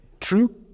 true